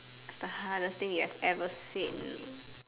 the hardest thing you have ever said